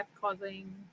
causing